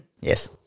Yes